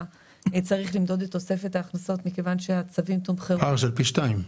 צריך למדוד את תוספת ההכנסות --- אבל זה פער של פי שניים.